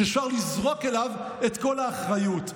שאפשר לזרוק עליו את כל האחריות.